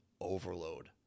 overload